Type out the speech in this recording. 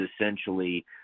essentially